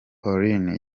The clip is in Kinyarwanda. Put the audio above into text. paulin